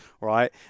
right